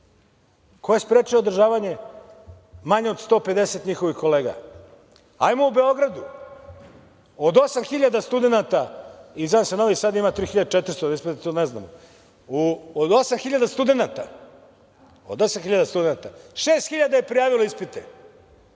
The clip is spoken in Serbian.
Ko je sprečio održavanje? Manje od 150 njihovih kolega. Ajmo u Beogradu, od 8.000 studenata, ispade da Novi Sad ima 3.495, to ne znamo, od 8.000 studenata, 6.000 je prijavilo ispite,